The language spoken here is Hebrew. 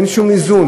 אין שום איזון.